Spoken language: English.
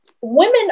women